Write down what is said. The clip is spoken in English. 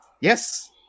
Yes